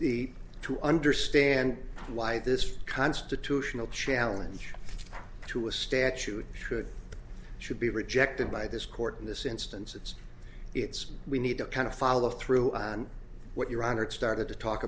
the two understand why this constitutional challenge to a statute should should be rejected by this court in this instance it's its we need a kind of follow through on what you're honored started to talk